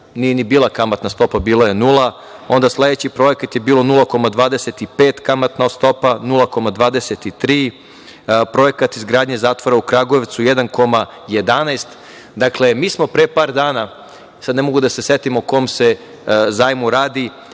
nije ni bila kamatna stopa, bila je nula. Onda, sledeći projekat je bilo 0,25%, kamatna stopa 23, projekat izgradnje zatvora u Kragujevcu 1,11%.Dakle, mi smo pre par dana, sad ne mogu da setim o kom se zajmu radi,